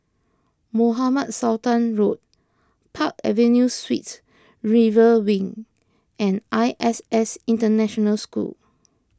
Mohamed Sultan Road Park Avenue Suites River Wing and I S S International School